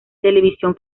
televisión